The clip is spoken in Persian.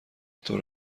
طور